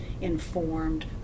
informed